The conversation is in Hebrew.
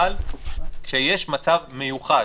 אבל כשיש מצב מיוחד,